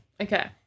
okay